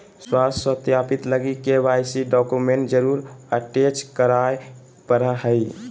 स्व सत्यापित लगी के.वाई.सी डॉक्यूमेंट जरुर अटेच कराय परा हइ